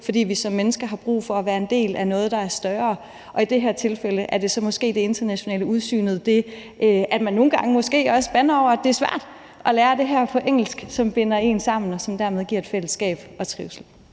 For vi har som mennesker brug for at være en del af noget, der er større. Og i det her tilfælde er det så måske det internationale udsyn og det, at man måske nogle gange også bander over, at det er svært at lære det her på engelsk, som binder eleverne sammen, og som dermed giver et fællesskab og skaber